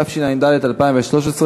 התשע"ד 2013,